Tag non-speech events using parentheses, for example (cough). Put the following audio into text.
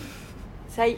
(laughs)